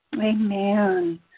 Amen